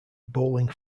bowling